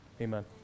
Amen